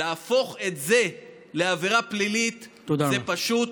להפוך את זה לעבירה פלילית -- תודה רבה.